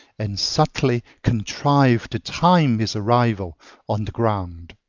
and subtly contrive to time his arrival on the ground.